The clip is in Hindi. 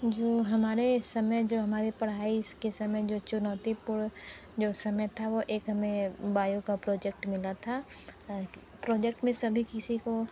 जो हमारे समय जो हमारे पढ़ाई के समय जो चुनौतीपूर्ण जो समय था वो एक हमें बायो का प्रोजेक्ट मिला था प्रोजेक्ट में सभी किसी को